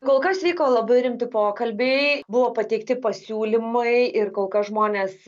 kol kas vyko labai rimti pokalbiai buvo pateikti pasiūlymai ir kol kas žmonės